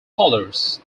colors